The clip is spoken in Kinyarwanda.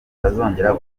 utazongera